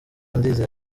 ndizeye